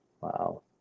Wow